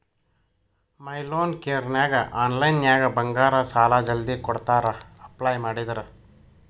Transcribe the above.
ಮೈ loan ಕೇರನ್ಯಾಗ ಆನ್ಲೈನ್ನ್ಯಾಗ ಬಂಗಾರ ಸಾಲಾ ಜಲ್ದಿ ಕೊಡ್ತಾರಾ ಅಪ್ಲೈ ಮಾಡಿದ್ರ